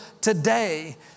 today